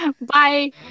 bye